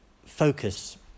focus